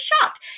shocked